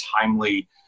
timely